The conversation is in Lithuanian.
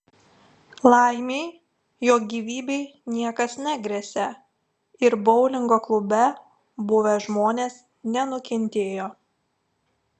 laimei jo gyvybei niekas negresia ir boulingo klube buvę žmonės nenukentėjo